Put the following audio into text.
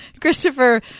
Christopher